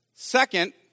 Second